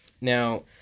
Now